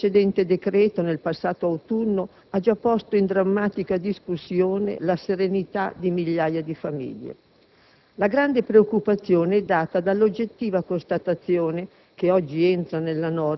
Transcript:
La decadenza del precedente decreto, nel passato autunno, ha già posto in drammatica discussione la serenità di migliaia di famiglie. La grande preoccupazione è data dall'oggettiva constatazione,